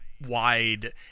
wide